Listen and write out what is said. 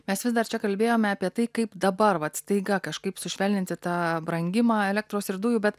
mes vis dar čia kalbėjome apie tai kaip dabar vat staiga kažkaip sušvelninti tą brangimą elektros ir dujų bet